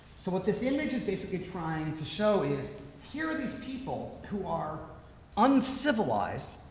so what this image is basically trying to show is here are these people who are uncivilized,